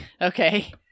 Okay